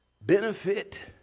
Benefit